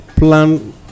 plan